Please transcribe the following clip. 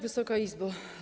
Wysoka Izbo!